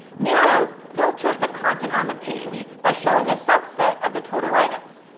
narrows filters the content on the page by showing a subset of the total items.